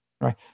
right